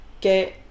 get